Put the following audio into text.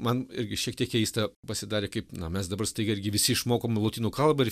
man irgi šiek tiek keista pasidarė kaip na mes dabar staiga irgi visi išmokom lotynų kalbą ir